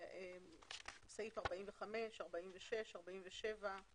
סעיף 45, סעיף 46, סעיף 47,